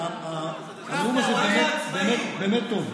איפה העצמאים, באמת טוב.